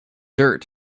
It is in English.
dirt